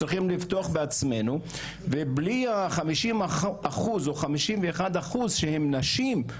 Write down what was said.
צריכים לבטוח בעצמנו ובלי ה-50 אחוז או 51 אחוז שהן נשים,